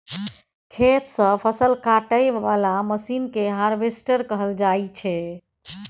खेत सँ फसल काटय बला मशीन केँ हार्वेस्टर कहल जाइ छै